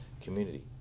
community